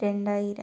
രണ്ടായിരം